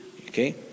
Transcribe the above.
okay